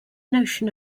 notion